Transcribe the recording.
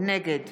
נגד